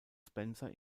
spencer